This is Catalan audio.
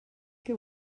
que